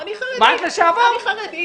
אני חרדית לשעבר.